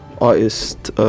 artist